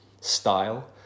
style